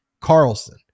Carlson